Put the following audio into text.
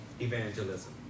evangelism